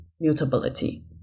mutability